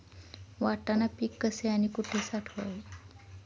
वाटाणा पीक कसे आणि कुठे साठवावे?